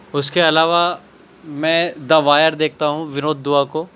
اس کے علاوہ میں دا وائر دیکھتا ہوں ونود دوا کو